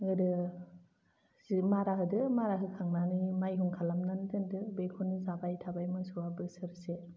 गोदो मारा होदो मारा होखांनानै माइहुं खालामनानै दोनदो बेखौनो जाबाय थाबाय मोसौवा बोसोरसे